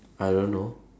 I don't know